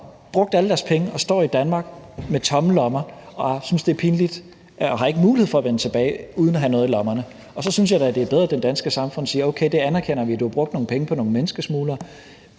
brugt alle deres penge og står i Danmark med tomme lommer og synes, det er pinligt, og har ikke mulighed for at vende tilbage uden at have noget i lommerne. Så synes jeg da, det er bedre, at det danske samfund siger: Okay, vi anerkender, at du har brugt nogle penge på nogle menneskesmuglere,